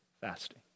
fasting